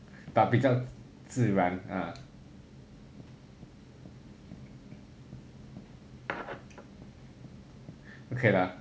but 比较自然 ah okay lah